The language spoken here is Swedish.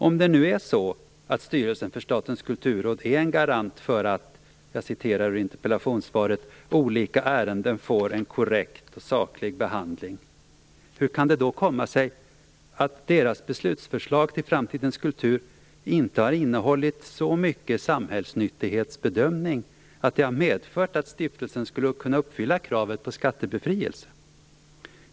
Om styrelsen för Statens kulturråd är en garant för att "olika ärenden får en korrekt och saklig behandling", hur kan det då komma sig att deras beslutsförslag till Framtidens kultur inte har innehållit så mycket samhällsnyttighetsbedömning att det har medfört att stiftelsen skulle kunna uppfylla kravet på skattebefrielse?